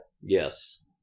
Yes